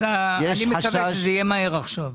אני מקווה שזה יהיה מהר עכשיו.